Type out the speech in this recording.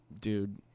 dude